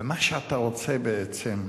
ומה שאתה רוצה בעצם,